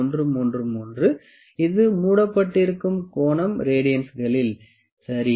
00133 இது மூடப்பட்டிருக்கும் கோணம் ரேடியன்களில் சரி